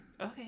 Okay